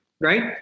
Right